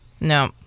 No